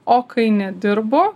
o kai nedirbu